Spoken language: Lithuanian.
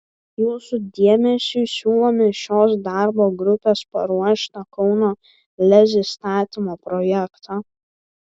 jūsų dėmesiui siūlome šios darbo grupės paruoštą kauno lez įstatymo projektą